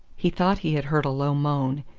he thought he had heard a low moan,